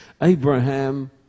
Abraham